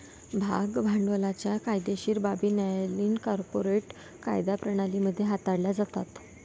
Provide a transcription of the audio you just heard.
भाग भांडवलाच्या कायदेशीर बाबी न्यायालयीन कॉर्पोरेट कायदा प्रणाली मध्ये हाताळल्या जातात